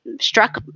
struck